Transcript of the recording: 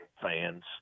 fans